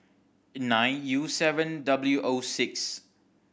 nine U seven W O six